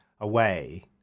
away